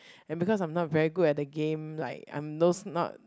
and because I'm not very good at the game like I'm those not